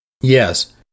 Yes